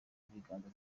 ibiganza